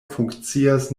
funkcias